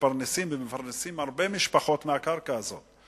שמתפרנסים ומפרנסים הרבה משפחות מהקרקע הזאת,